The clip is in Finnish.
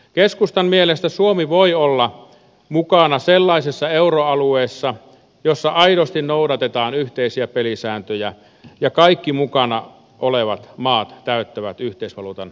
keskustan mielestä suomi voi olla mukana sellaisessa euroalueessa jossa aidosti noudatetaan yhteisiä pelisääntöjä ja kaikki mukana olevat maat täyttävät yhteisvaluutan vaatimukset